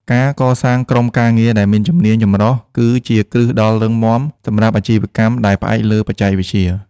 ការកសាងក្រុមការងារដែលមានជំនាញចម្រុះគឺជាគ្រឹះដ៏រឹងមាំសម្រាប់អាជីវកម្មដែលផ្អែកលើបច្ចេកវិទ្យា។